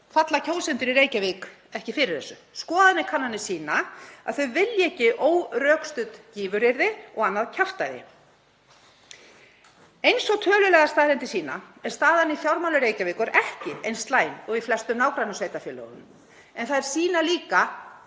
falla kjósendur í Reykjavík ekki fyrir þessu. Skoðanakannanir sýna að þeir vilja ekki órökstudd gífuryrði og annað kjaftæði. Eins og tölulegar staðreyndir sýna er staðan í fjármálum Reykjavíkur ekki eins slæm og í flestum nágrannasveitarfélögum, en þær sýna líka